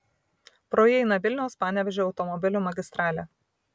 pro jį eina vilniaus panevėžio automobilių magistralė